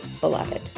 beloved